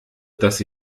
dass